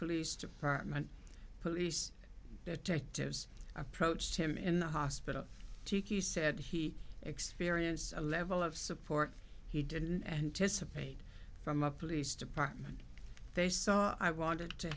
police department police detectives approached him in the hospital kiki said he experienced a level of support he didn't anticipate from a police department they saw i wanted to